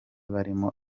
barimo